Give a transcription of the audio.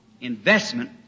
investment